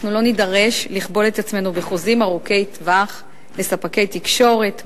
אנחנו לא נידרש לכבול את עצמנו לחוזים ארוכי טווח לספקי תקשורת,